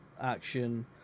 action